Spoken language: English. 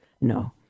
No